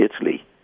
Italy